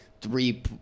three